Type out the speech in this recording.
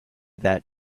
that